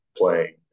playing